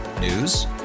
News